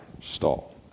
stall